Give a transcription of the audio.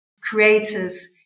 creators